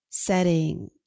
Setting